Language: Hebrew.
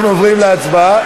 אנחנו עוברים להצבעה.